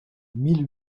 mille